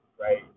right